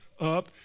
up